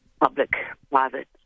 public-private